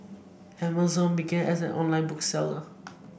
Amazon began as an online book seller